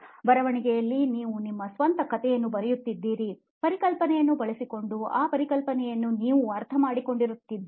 ಬರವಣಿಗೆಯಲ್ಲಿ ನೀವು ನಿಮ್ಮ ಸ್ವಂತ ಕಥೆಯನ್ನು ಬರೆಯುತ್ತೀರಿ ಪರಿಕಲ್ಪನೆಯನ್ನು ಬಳಸಿಕೊಂಡು ಆ ಪರಿಕಲ್ಪನೆಯನ್ನು ನೀವು ಅರ್ಥಮಾಡಿಕೊಂಡಿರುತ್ತೀರಿ